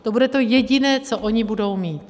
To bude to jediné, co oni budou mít.